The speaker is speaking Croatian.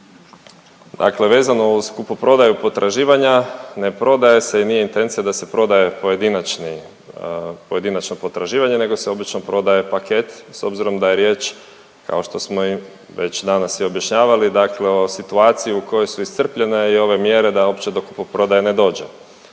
Dakle, vezano uz kupoprodaju potraživanja, ne prodaje se i nije intencija da se prodaje pojedinačni, pojedinačno potraživanje nego se obično prodaje paket s obzirom da je riječ kao što smo već danas i objašnjavali dakle o situaciji u kojoj su iscrpljene i ove mjere da uopće do kupoprodaje ne dođe.